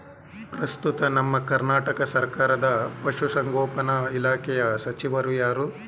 ಪ್ರಸ್ತುತ ನಮ್ಮ ಕರ್ನಾಟಕ ಸರ್ಕಾರದ ಪಶು ಸಂಗೋಪನಾ ಇಲಾಖೆಯ ಸಚಿವರು ಯಾರು?